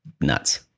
nuts